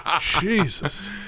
Jesus